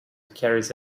carries